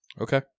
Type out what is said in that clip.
Okay